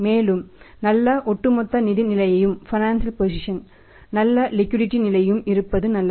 மேலும் நல்ல ஒட்டுமொத்த நிதி நிலையும் நல்ல லிக்விடிடி நிலையும் இருப்பது நல்லது